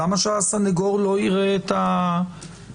למה שהסנגור לא יראה את העצור?